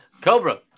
Cobra